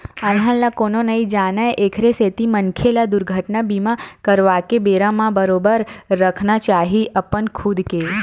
अलहन ल कोनो नइ जानय एखरे सेती मनखे ल दुरघटना बीमा करवाके बेरा म बरोबर रखना चाही अपन खुद के